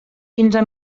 quinze